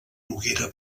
noguera